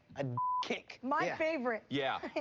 a kick. my favorite. yeah.